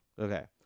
Okay